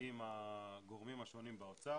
עם הגורמים השונים באוצר,